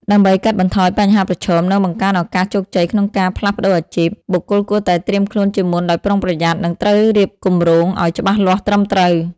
ដើម្បីកាត់បន្ថយបញ្ហាប្រឈម និងបង្កើនឱកាសជោគជ័យក្នុងការផ្លាស់ប្តូរអាជីព បុគ្គលគួរតែត្រៀមខ្លួនជាមុនដោយប្រុងប្រយ័ត្ន និងត្រូវរៀបគំរងឲ្យច្បាស់លាស់ត្រឹមត្រូវ។